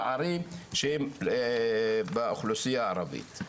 בערים שהם לאוכלוסייה הערבית.